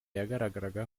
yagaragaraga